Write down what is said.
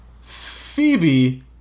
Phoebe